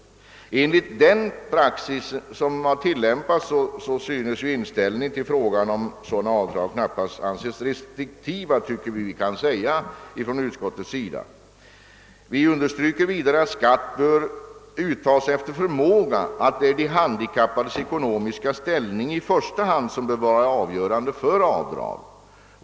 Enligt den praxis som har tillämpats synes inställningen till frågan om sådana avdrag knappast kunna anses restriktiv, påpekar utskottet. Vi understryker vidare att skatt bör uttas efter förmåga och att det alltså i första hand är de handikappades ekonomiska ställning som bör vara avgörande för avdrag.